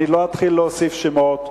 אני לא אתחיל להוסיף שמות.